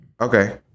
Okay